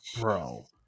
bro